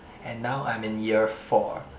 and now I'm in year four